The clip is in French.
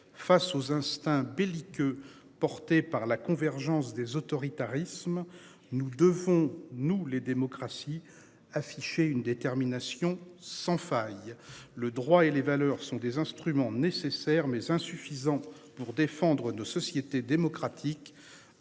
face aux instincts belliqueux porté par la convergence des autoritarisme. Nous devons nous les démocraties afficher une détermination sans faille le droit et les valeurs sont des instruments nécessaires mais insuffisants pour défendre nos sociétés démocratiques.